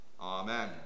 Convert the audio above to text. Amen